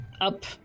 up